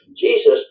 Jesus